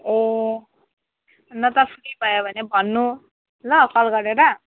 ए नत्र फ्री भयो भने भन्नू ल कल गरेर